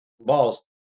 balls